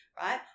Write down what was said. right